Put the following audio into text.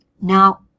Now